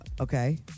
Okay